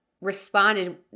responded